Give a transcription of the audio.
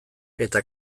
eta